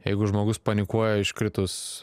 jeigu žmogus panikuoja iškritus